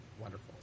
wonderful